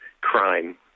crime